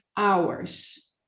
hours